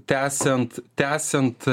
tęsiant tęsiant